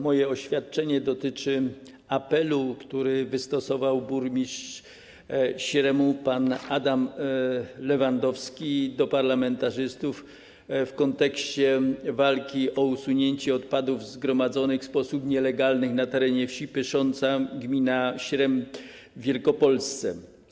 Moje oświadczenie dotyczy apelu, który wystosował burmistrz Śremu pan Adam Lewandowski do parlamentarzystów w kontekście walki o usunięcie odpadów zgromadzonych w sposób nielegalny na terenie wsi Pysząca, gmina Śrem w Wielkopolsce.